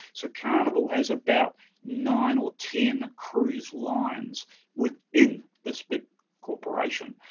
so, carnival has about nine or ten cruise lines within this big corporation.